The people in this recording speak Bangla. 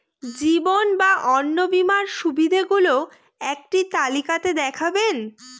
জীবন বা অন্ন বীমার সুবিধে গুলো একটি তালিকা তে দেখাবেন?